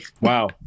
Wow